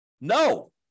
No